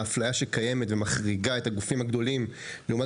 האפליה שקיימת ומחריגה את הגופים הגדולים לעומת